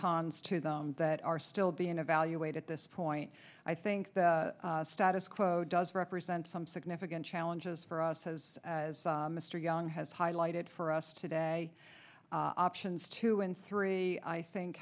cons to them that are still being evaluate at this point i think the status quo does represent some significant challenges for us as as mr young has highlighted for us today options two and three i think